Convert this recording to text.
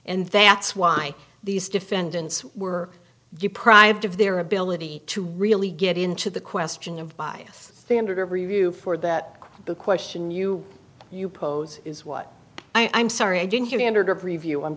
and that's why these defendants were deprived of their ability to really get into the question of bias standard of review for that the question you you pose is what i'm sorry i didn't hear you under preview i'm